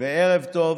וערב טוב,